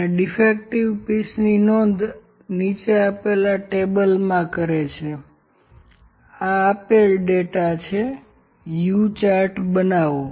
અને ડીફેક્ટિવ પીસની નોંધ નીચે આપેલા કોષ્ટકમાં કરે છે આ આપેલ ડેટા છે U ચાર્ટ બનાવો